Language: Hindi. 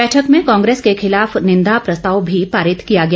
बैठक में कांग्रेस के खिलाफ निंदा प्रस्ताव भी पारित किया गया